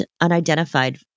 unidentified